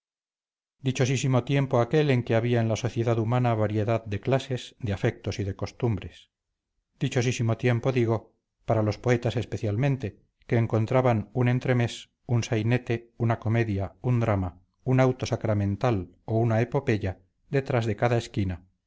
siglos dichosísimo tiempo aquel en que había en la sociedad humana variedad de clases de afectos y de costumbres dichosísimo tiempo digo para los poetas especialmente que encontraban un entremés un sainete una comedia un drama un auto sacramental o una epopeya detrás de cada esquina